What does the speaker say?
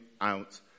out